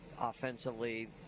offensively